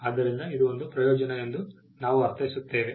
ಆದ್ದರಿಂದ ಇದು ಒಂದು ಪ್ರಯೋಜನೆ ಎಂದು ನಾವು ಅರ್ಥೈಸುತ್ತೇವೆ